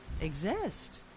exist